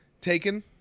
Taken